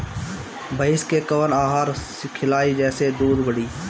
भइस के कवन आहार खिलाई जेसे दूध बढ़ी?